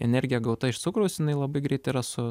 energija gauta iš cukraus jinai labai greit yra su